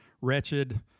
wretched